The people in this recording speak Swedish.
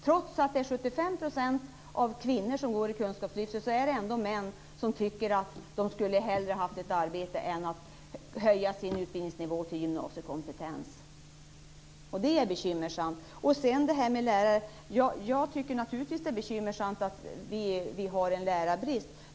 Trots att det till 75 % är kvinnor som deltar är det män som tycker att de hellre skulle ha haft ett arbete än höjde sin utbildning till att motsvara gymnasiekompetens. Jag tycker naturligtvis att det är bekymmersamt att vi har en lärarbrist.